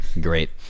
Great